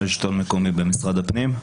תודה,